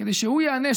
כדי שהוא ייענש,